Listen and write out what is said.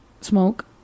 smoke